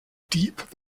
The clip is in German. deep